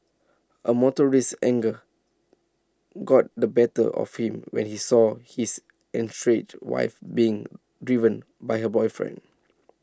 A motorist's anger got the better of him when he saw his estranged wife's being driven by her boyfriend